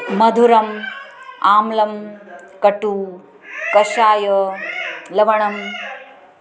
मधुरम् आम्लं कटु कषायः लवणं